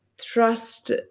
trust